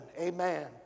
Amen